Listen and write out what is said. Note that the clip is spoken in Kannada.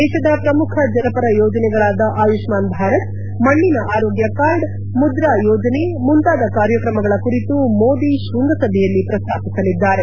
ದೇತದ ಪ್ರಮುಖ ಜನಪರ ಯೋಜನೆಗಳಾದ ಆಯುಷ್ನಾನ್ ಭಾರತ್ ಮಣ್ಣಿನ ಆರೋಗ್ಯ ಕಾರ್ಡ್ ಮುದ್ರಾ ಯೋಜನೆ ಮುಂತಾದ ಕಾರ್ಯಕ್ರಮಗಳ ಕುರಿತು ಮೋದಿ ಶೃಂಗಸಭೆಯಲ್ಲಿ ಪ್ರಸ್ತಾಪಿಸಲಿದ್ದಾರೆ